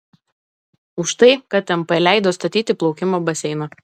už tai kad mp leido statyti plaukimo baseiną